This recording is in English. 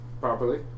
properly